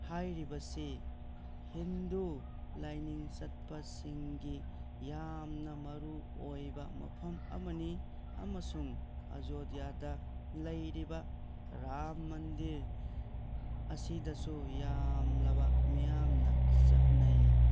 ꯍꯥꯏꯔꯤꯕꯁꯤ ꯍꯤꯟꯗꯨ ꯂꯥꯏꯅꯤꯡ ꯆꯠꯄꯁꯤꯡꯒꯤ ꯌꯥꯝꯅ ꯃꯔꯨ ꯑꯣꯏꯕ ꯃꯐꯝ ꯑꯃꯅꯤ ꯑꯃꯁꯨꯡ ꯑꯌꯣꯙ꯭ꯌꯥꯗ ꯂꯩꯔꯤꯕ ꯔꯥꯝ ꯃꯟꯗꯤꯔ ꯑꯁꯤꯗꯁꯨ ꯌꯥꯝꯂꯕ ꯃꯤꯌꯥꯝꯅ ꯆꯠꯅꯩ